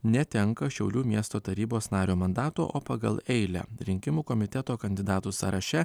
netenka šiaulių miesto tarybos nario mandato o pagal eilę rinkimų komiteto kandidatų sąraše